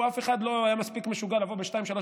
אף אחד לא היה מספיק משוגע לבוא ב-02:00,